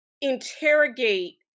interrogate